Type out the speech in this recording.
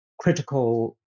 critical